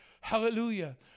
Hallelujah